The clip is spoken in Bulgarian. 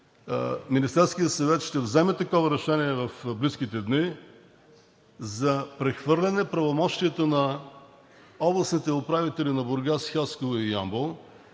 Министерският съвет ще вземе решение в близките дни за прехвърляне правомощията от областните управители на Бургас, Хасково и Ямбол,